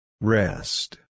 Rest